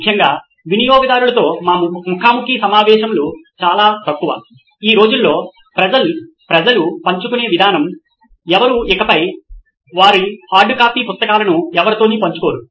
ముఖ్యంగా వినియోగదారులతో మా ముఖా ముఖి సమావేశంలు చాలా తక్కువ ఈ రోజుల్లో ప్రజలు పంచుకునే విధానం ఎవరూ ఇకపై వారి హార్డ్కోపీ పుస్తకాలను ఎవరితోనూ పంచుకోరు